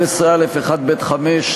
11א1(ב)(5),